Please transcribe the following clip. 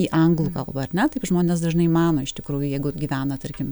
į anglų kalbą ar ne taip žmonės dažnai mano iš tikrųjų jeigu gyvena tarkim